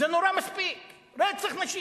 זה נורא מספיק, רצח נשים.